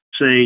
say